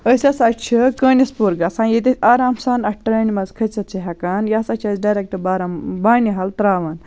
أسۍ ہَسا چھِ کٲنِس پوٗر گژھان ییٚتہِ آرام سان اَتھ ٹرٛینہِ منٛز کھٔژِتھ چھِ ہٮ۪کان یہِ ہَسا چھِ اَسہِ ڈیرٮ۪کٹ بارہ بانہِ ہل ترٛاون